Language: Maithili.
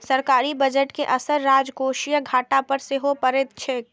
सरकारी बजट के असर राजकोषीय घाटा पर सेहो पड़ैत छैक